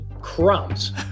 crumbs